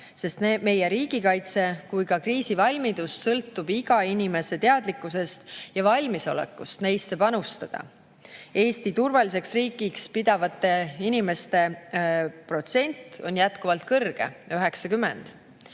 nii meie riigi kaitse kui ka kriisivalmidus sõltub iga inimese teadlikkusest ja valmisolekust neisse panustada. Eestit turvaliseks riigiks pidavate inimeste protsent on jätkuvalt kõrge: 90.